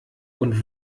und